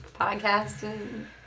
podcasting